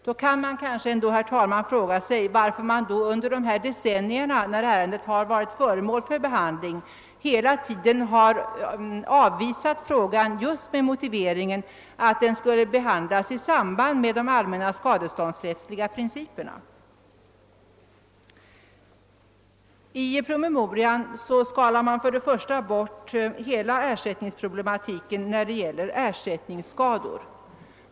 Då kan man kanske ändå, herr talman, fråga sig varför man då under de decennier, då ärendet varit föremål för behandling, hela tiden har avvisat frå gan just med den motiveringen att den skulle behandlas i samband med de allmänna skadeståndsrättsliga principerna. I promemorian skalar man bort hela ersättningsproblematiken när det gäller sakskador.